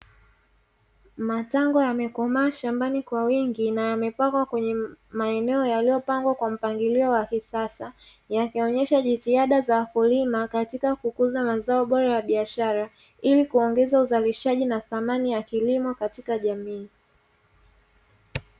Matango yamekomaa shambani kwa wingi na yamepangwa kwenye maeneo yaliyopangwa kwa mpangilio wa kisasa, yakionyesha jitihada za wakulima katika kukuza mazao bora ya biashara, ili kuongeza uzalishaji na thamani ya kilimo katika jamii.